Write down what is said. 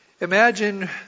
Imagine